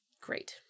great